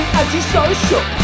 antisocial